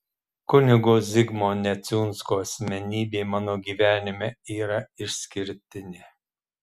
kunigo zigmo neciunsko asmenybė mano gyvenime yra išskirtinė